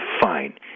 fine